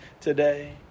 today